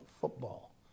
football